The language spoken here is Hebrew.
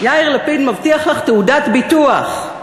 יאיר לפיד מבטיח לך תעודת ביטוח.